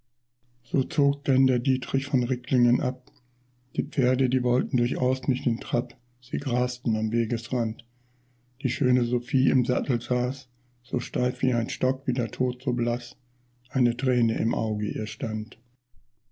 so zog denn der dietrich von ricklingen ab die pferde die wollten durchaus nicht in trab sie grasten am wegesrand die schöne sophiee im sattel saß so steif wie ein stock wie der tod so blaß eine träne im auge ihr stand